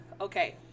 Okay